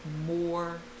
more